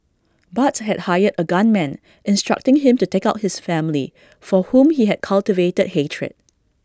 Barts had hired A gunman instructing him to take out his family for whom he had cultivated hatred